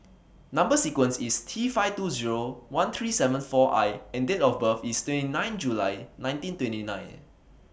Number sequence IS T five two Zero one three seven four I and Date of birth IS twenty nine July nineteen twenty nine